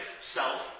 self